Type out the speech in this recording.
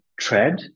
tread